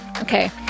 Okay